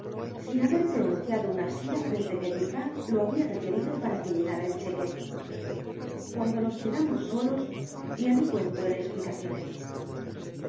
cuentos haber pronunciado una sílaba desde que dupin lo había requerido para que llenara el cheque cuando nos quedamos solos mi amigo entró en explicaciones